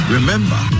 Remember